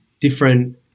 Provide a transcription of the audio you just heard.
different